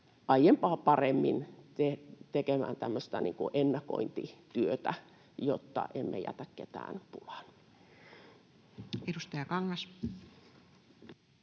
aiempaa paremmin tekemään tämmöistä ennakointityötä, jotta emme jätä ketään pulaan. Edustaja Kangas.